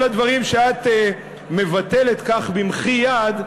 כל הדברים שאת מבטלת כך במחי יד.